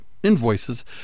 Invoices